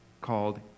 called